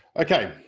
ok,